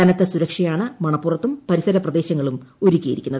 കനത്ത സുരക്ഷയാണ് മിണ്ണപ്പുറത്തും പരിസരപ്രദേശങ്ങളിലും ഒരുക്കിയിരിക്കുന്നത്